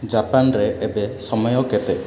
ଜାପାନରେ ଏବେ ସମୟ କେତେ